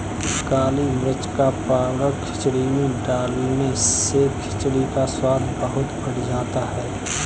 काली मिर्च का पाउडर खिचड़ी में डालने से खिचड़ी का स्वाद बहुत बढ़ जाता है